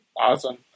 Awesome